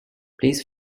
please